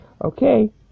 Okay